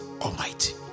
almighty